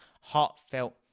heartfelt